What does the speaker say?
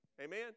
Amen